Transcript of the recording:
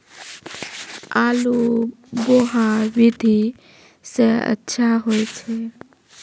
आलु बोहा विधि सै अच्छा होय छै?